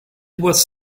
was